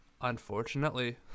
Unfortunately